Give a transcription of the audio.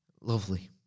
Lovely